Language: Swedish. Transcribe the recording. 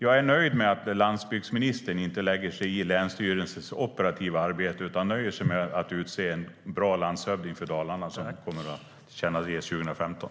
Jag är nöjd med att landsbygdsministern inte lägger sig i länsstyrelsens operativa arbete utan nöjer sig med att utse en bra landshövding för Dalarna som kommer att tillkännages 2015.